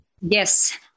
Yes